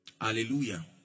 Hallelujah